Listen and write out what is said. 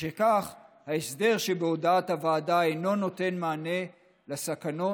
משכך, ההסדר שבהודעת הוועדה אינו נותן מענה לסכנות